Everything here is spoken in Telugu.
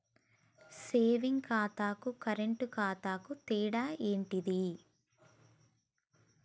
సేవింగ్ ఖాతాకు కరెంట్ ఖాతాకు తేడా ఏంటిది?